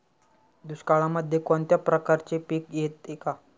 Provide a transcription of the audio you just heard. दुष्काळामध्ये कोणत्या प्रकारचे पीक येते का?